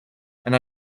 and